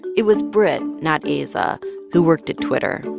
it was britt, not aza, who worked at twitter.